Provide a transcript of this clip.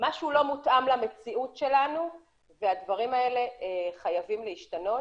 משהו לא מותאם למציאות שלנו והדברים האלה חייבים להשתנות.